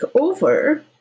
over